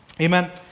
Amen